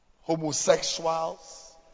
homosexuals